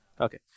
Okay